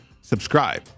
subscribe